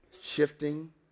shifting